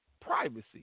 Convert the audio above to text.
Privacy